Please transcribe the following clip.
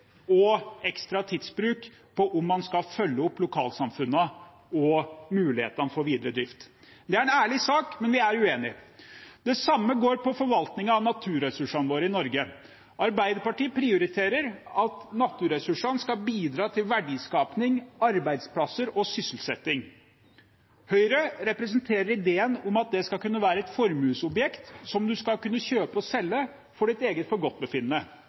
og ekstra tidsbruk på å skulle følge opp lokalsamfunnene og mulighetene for videre drift. Det er en ærlig sak, men vi er uenige. Det samme går på forvaltningen av naturressursene våre i Norge. Arbeiderpartiet prioriterer at naturressursene skal bidra til verdiskaping, arbeidsplasser og sysselsetting. Høyre representerer ideen om at det skal kunne være et formuesobjekt som man skal kunne kjøpe og selge etter eget